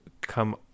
come